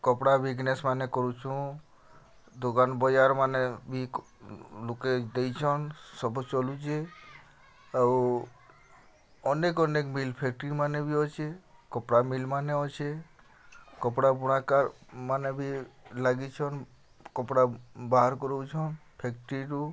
କପଡ଼ା ବିଜନେସ୍ ମାନେ କରୁଛ ଦୋକାନ ବଜାର ମାନେ ବି ଲୋକେ ଦେଇଛନ୍ ସବୁ ଚଲୁଛେଁ ଆଉ ଅନେକ ଅନେକ ମିଲ୍ ଫ୍ୟାକ୍ଟ୍ରି ମାନେ ବି ଅଛେ କପଡ଼ା ମିଲ୍ ମାନେ ଅଛେ କପଡ଼ା ବୁଣାକାରମାନେ ବି ଲାଗିଛନ୍ କପଡ଼ା ବାହାର କରୁଛନ୍ ଫ୍ୟାକ୍ଟ୍ରିରୁ